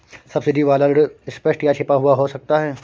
subsidy वाला ऋण स्पष्ट या छिपा हुआ हो सकता है